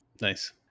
Nice